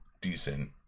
decent